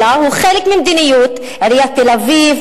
אלא היא חלק ממדיניות עיריית תל-אביב,